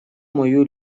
мою